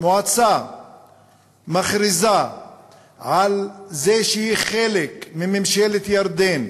המועצה מכריזה על זה שהיא חלק מממשלת ירדן,